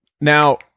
Now